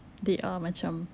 they are macam